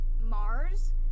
Mars